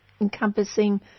encompassing